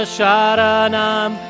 Sharanam